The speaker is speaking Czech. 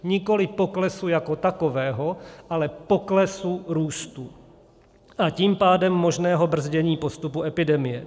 Nikoli poklesu jako takového, ale poklesu růstu, a tím pádem možného brzdění postupu epidemie.